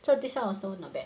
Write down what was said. so this one also not bad